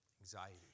anxiety